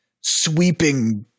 sweeping